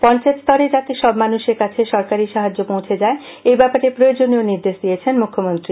পঞ্চায়েতস্তরে যাতে সব মানুষের কাছে সরকারি সাহায্য পৌঁছে এই ব্যাপারে প্রয়োজনীয় নির্দেশ দিয়েছেন মুখ্যমন্ত্রী